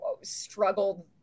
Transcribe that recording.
struggled